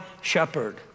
shepherd